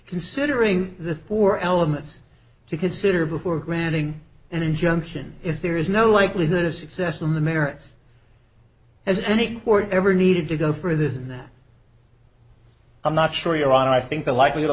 considering the four elements to consider before granting an injunction if there is no likelihood of success on the merits has any court ever needed to go further than that i'm not sure your honor i think the likelihood of